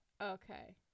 Okay